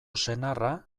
senarra